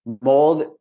mold